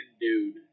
dude